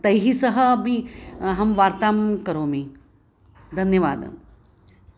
तैः सह अपि अहं वार्तां करोमि धन्यवादः